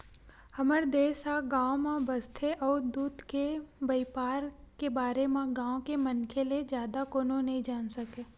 हमर देस ह गाँव म बसथे अउ दूद के बइपार के बारे म गाँव के मनखे ले जादा कोनो नइ जान सकय